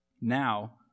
Now